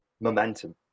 momentum